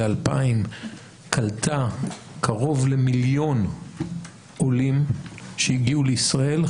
ל-2000 קלטה קרוב למיליון עולים שהגיעו לישראל,